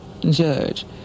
judge